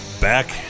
Back